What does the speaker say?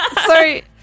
Sorry